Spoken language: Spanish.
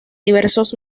diversos